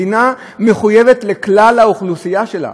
המדינה מחויבת לכלל האוכלוסייה שלה,